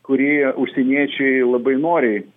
kurį užsieniečiai labai noriai